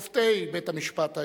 שופטי בית-המשפט העליון,